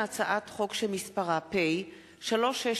מטעם הכנסת: הצעת חוק מימון מפלגות (תיקון מס'